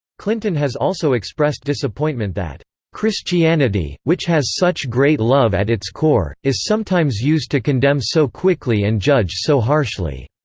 clinton has also expressed disappointment that christianity, which has such great love at its core, is sometimes used to condemn so quickly and judge so harshly.